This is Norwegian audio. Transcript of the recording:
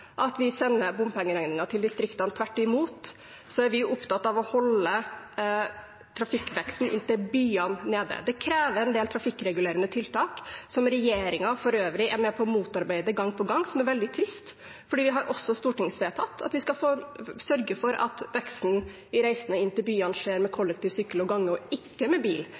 at vi sender bompengeregningen til distriktene. Tvert imot er vi opptatt av å holde trafikkveksten inn til byene nede. Det krever en del trafikkregulerende tiltak, som regjeringen for øvrig er med på å motarbeide gang på gang, noe som er veldig trist, for vi har også stortingsvedtak om at vi skal sørge for at veksten i antall reisende inn til byene skjer med kollektiv, sykkel og gange og ikke med bil.